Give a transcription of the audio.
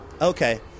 Okay